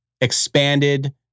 expanded